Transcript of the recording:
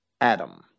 adam